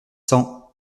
cents